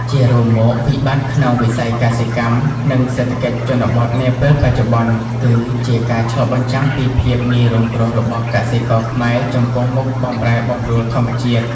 ជារួមមក វិបត្តិក្នុងវិស័យកសិកម្ម និងសេដ្ឋកិច្ចជនបទនាពេលបច្ចុប្បន្ន គឺជាការឆ្លុះបញ្ចាំងពីភាពងាយរងគ្រោះរបស់កសិករខ្មែរចំពោះមុខបម្រែបម្រួលធម្មជាតិ។